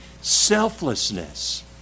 Selflessness